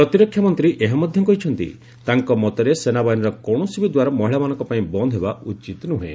ପ୍ରତିରକ୍ଷା ମନ୍ତ୍ରୀ ଏହା ମଧ୍ୟ କହିଛନ୍ତି ତାଙ୍କ ମତରେ ସେନାବାହିନୀର କୌଣସି ବି ଦ୍ୱାର ମହିଳାମାନଙ୍କ ପାଇଁ ବନ୍ଦ୍ ହେବା ଉଚିତ ନୁହେଁ